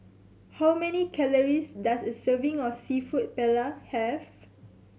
how many calories does a serving of Seafood Paella have